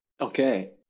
okay